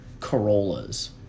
Corollas